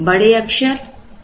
बड़े अक्षर चरो को दर्शाते हैं